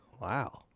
Wow